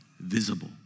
visible